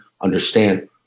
understand